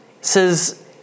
says